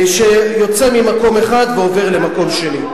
שיוצא ממקום אחד ועובר למקום שני.